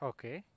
Okay